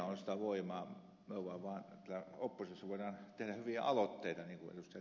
me täällä oppositiossa voimme tehdä hyviä aloitteita niin kuin ed